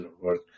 work